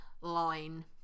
line